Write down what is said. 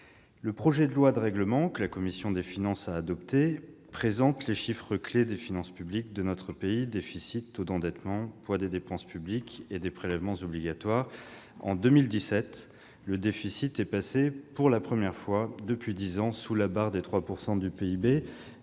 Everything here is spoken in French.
Le projet de loi de règlement, que la commission des finances a adopté, présente les chiffres clés des finances publiques de notre pays : déficit, taux d'endettement, poids des dépenses publiques et des prélèvements obligatoires. En 2017, le déficit est passé, pour la première fois depuis dix ans, sous la barre des 3 % du PIB.